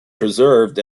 preserved